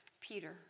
Peter